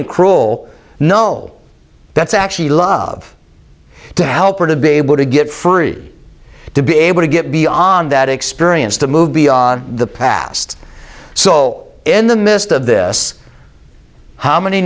g cruel no that's actually love to help her to be able to get free to be able to get beyond that experience to move beyond the past soul in the midst of this how many